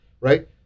right